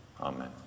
Amen